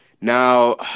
Now